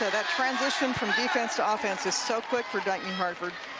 that's transition from defense to offense is so quick for dyke new hartford.